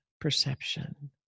perception